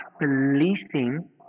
releasing